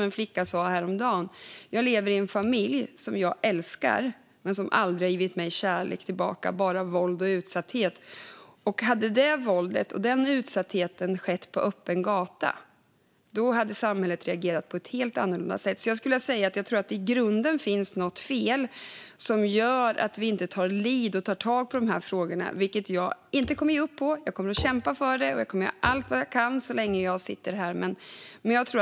En flicka sa häromdagen: "Jag lever i en familj som jag älskar men som aldrig har gett mig kärlek tillbaka utan bara våld och utsatthet." Om det våldet och den utsattheten hade skett på öppen gata hade samhället reagerat på ett helt annorlunda sätt. Jag tror att det finns ett grundläggande fel som gör att vi inte tar ledning och tar tag i de frågorna. Jag kommer inte att ge upp. Jag kommer att kämpa och göra allt jag kan så länge jag sitter i den här kammaren.